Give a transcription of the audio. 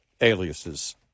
Aliases